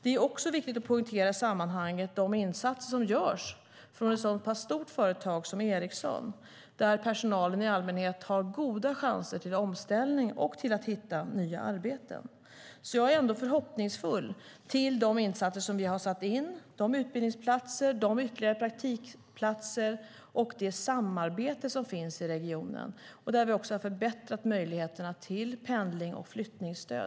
Det är i sammanhanget viktigt att poängtera de insatser som görs från ett så pass stort företag som Ericsson, där personalen i allmänhet har goda chanser till omställning och att hitta nya arbeten. Jag är ändå förhoppningsfull inför de insatser som vi har satt in. Det handlar om de utbildningsplatser, de ytterligare praktikplatser och det samarbete som finns i regionen. Vi har också förbättrat möjligheterna till pendling och flyttningsstöd.